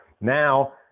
Now